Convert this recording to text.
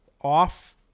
off